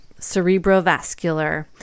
cerebrovascular